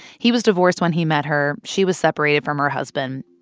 he was divorced when he met her. she was separated from her husband.